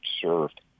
served